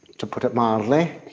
to put it mildly.